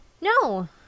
No